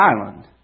Island